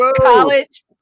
college